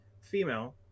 female